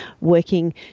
working